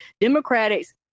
Democrats